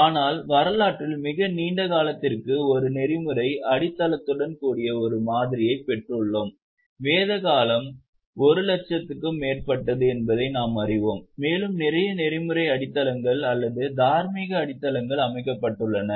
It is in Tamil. ஆனால் வரலாற்றில் மிக நீண்ட காலத்திலிருந்து ஒரு நெறிமுறை அடித்தளத்துடன் கூடிய ஒரு மாதிரியைப் பெற்றுள்ளோம் வேத காலம் 1 லட்சத்துக்கும் மேற்பட்டது என்பதை நாம் அறிவோம் மேலும் நிறைய நெறிமுறை அடித்தளங்கள் அல்லது தார்மீக அடித்தளங்கள் அமைக்கப்பட்டுள்ளன